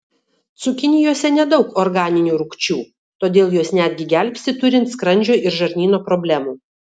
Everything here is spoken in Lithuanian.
cukinijose nedaug organinių rūgčių todėl jos netgi gelbsti turint skrandžio ir žarnyno problemų